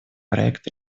проект